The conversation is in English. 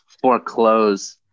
foreclose